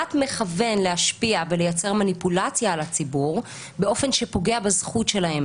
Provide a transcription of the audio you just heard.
בכוונת מכוון להשפיע ולייצר מניפולציה על הציבור באופן שפוגע בזכות שלהם